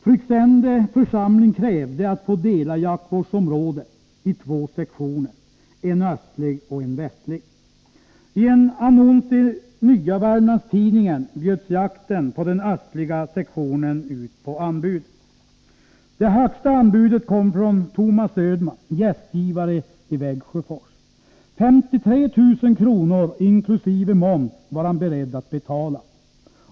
Fryksände församling krävde att få dela jaktvårdsområdet i två sektioner — en östlig och en västlig. I en annons i Nya Wermlandstidningen bjöds jakten på den östliga sektionen ut på anbud. Det högsta anbudet kom från Tomas Ödman, gästgivare i Vägsjöfors. 53 000 kronor inklusive moms var han beredd att betala.